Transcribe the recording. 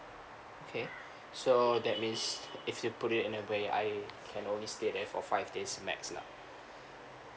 okay so that means if you put it in a way I can only stay there for five days max lah